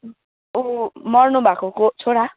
उ मर्नुभएकोको छोरा